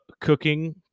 cooking